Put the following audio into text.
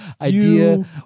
idea